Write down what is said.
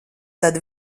tad